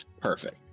perfect